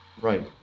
Right